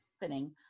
happening